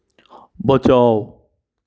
बचाओ